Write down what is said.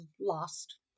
lost